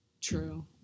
True